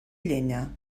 llenya